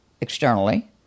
externally